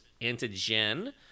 antigen